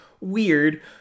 weird